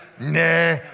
nah